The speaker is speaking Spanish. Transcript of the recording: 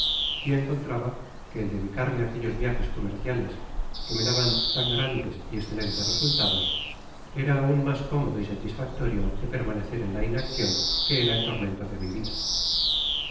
y encona traba que el dedicarme á aquellos viajes comerciales que me daban tan grandes y escelentes resultados era aun mas cómodo y satisfactorio que permanecer en la inaccion que era el tormento de mi vida